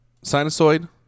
Sinusoid